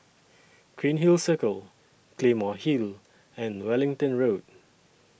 Cairnhill Circle Claymore Hill and Wellington Road